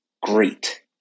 great